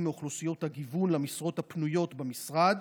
מאוכלוסיות הגיוון למשרות הפנויות במשרד,